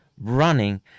running